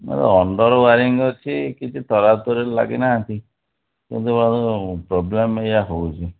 under wiring ଅଛି କିଛି ତରା ତରି ଲାଗିନାହାନ୍ତି କିନ୍ତୁ ପ୍ରୋବ୍ଲେମ୍ ଏଇଆ ହେଉଛି